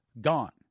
gone